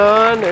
on